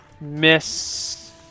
Miss